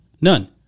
None